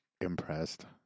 impressed